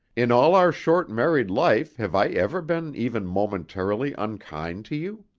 in all our short married life have i ever been even momentarily unkind to you?